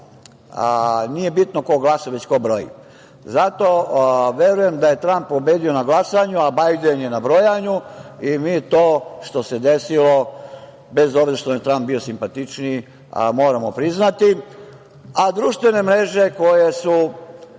nije bitno ko glasa, već ko broji. Zato verujem da je Tramp pobedio na glasanju, a Bajden je na brojanju i mi to što se desilo, bez obzira što mi je Tramp bio simpatičniji, moramo priznati, a društvene mreže koje su